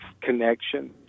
connection